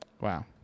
Wow